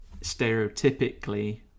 stereotypically